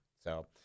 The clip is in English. So-